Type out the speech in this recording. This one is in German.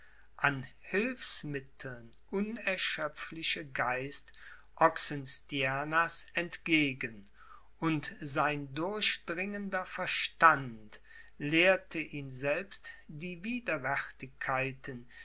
an hilfsmitteln unerschöpfliche geist oxenstiernas entgegen und sein durchdringender verstand lehrte ihn selbst die